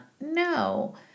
No